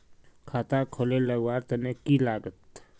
खाता खोले लगवार तने की लागत?